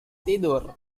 tidur